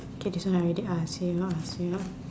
okay this one I already ask you ask you